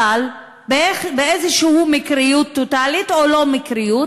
אבל באיזו מקריות טוטלית, או לא במקרה,